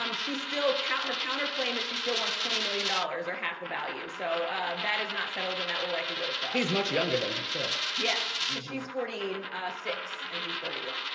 um she still kept her counterclaim that she still wants twenty million dollars or half the value. so that is not settled and that will likely go to trial. he's much younger than her too. yes, she's forty six and he's thirty one.